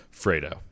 Fredo